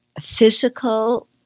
physical